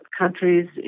countries